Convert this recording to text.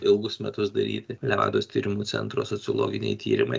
ilgus metus daryti nevados tyrimų centro sociologiniai tyrimai